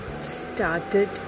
started